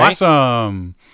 Awesome